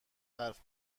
حرف